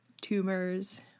tumors